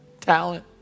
talent